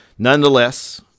Nonetheless